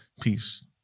peace